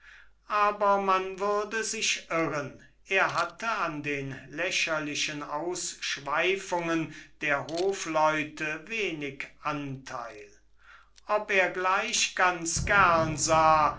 aber man würde sich irren er hatte an den lächerlichen ausschweifungen der hofleute wenig anteil ob er gleich ganz gern sah